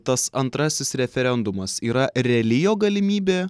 tas antrasis referendumas yra reali jo galimybė